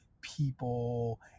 people